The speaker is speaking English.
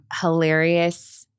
hilarious